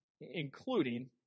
including